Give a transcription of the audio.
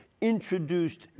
introduced